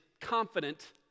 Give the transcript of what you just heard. confident